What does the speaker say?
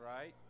right